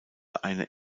eine